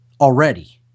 already